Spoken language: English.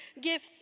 give